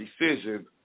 decision